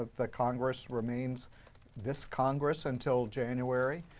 the congress remains this congress until january.